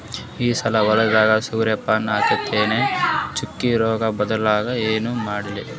ಈ ಸಲ ಹೊಲದಾಗ ಸೂರ್ಯಪಾನ ಹಾಕತಿನರಿ, ಚುಕ್ಕಿ ರೋಗ ಬರಲಾರದಂಗ ಏನ ಮಾಡ್ಲಿ?